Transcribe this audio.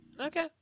Okay